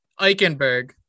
Eichenberg